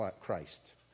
Christ